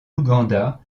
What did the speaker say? ouganda